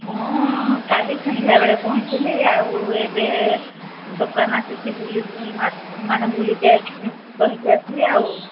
ମୁଁ କାଲି ସନ୍ଧ୍ୟାବେଳେ ପହଞ୍ଚିଲି ଆଉ ଏବେ ଦୋକାନ ଆସିଛିି ବୁଲି ମାନେ ବୁଲିଯାଇ କହିକି ଆସିଲି ଆଉ